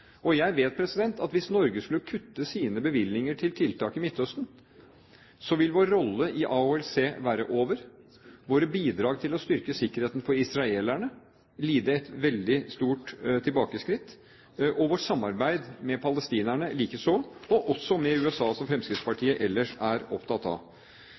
Jeg vet at hvis Norge skulle kutte sine bevilgninger til tiltak i Midtøsten, vil vår rolle i AHLC være over, våre bidrag til å styrke sikkerheten for israelerne lide et veldig stort tilbakeskritt, og vårt samarbeid med palestinerne likeså, og også med USA, som Fremskrittspartiet ellers er opptatt av.